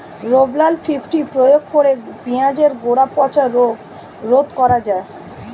Rovral fifty প্রয়োগ করে পেঁয়াজের গোড়া পচা রোগ রোধ করা যায়?